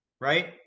Right